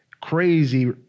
crazy